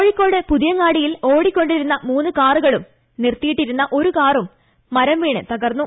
കോഴിക്കോട് പുതിയങ്ങാടിയിൽ ഓടിക്കൊണ്ടിരുന്ന മൂന്ന് കാറുകളും നിർത്തിയിട്ടിരുന്ന കാറും മരം വീണ് തകർന്നു